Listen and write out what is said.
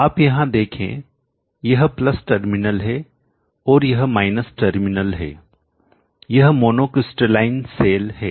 आप यहां देखें यह प्लस टर्मिनल है और यह माइनस टर्मिनल है यह मोनोक्रिस्टलाइन सेल है